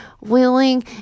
willing